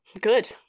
Good